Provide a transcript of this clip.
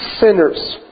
sinners